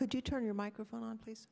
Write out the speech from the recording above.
could you turn your microphone on please